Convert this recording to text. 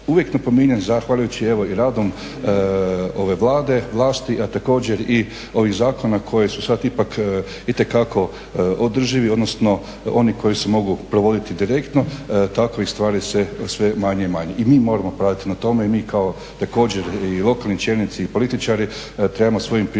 uvijek napominjem zahvaljujući radom ove Vladi, vlasti, a također i ovih zakona koji su sada ipak itekako održivi odnosno oni koji se mogu provoditi direktno takve stvari sve manje i manje. I mi moramo poraditi na tome i mi također kao lokalni čelnici i političari trebamo svojim primjerom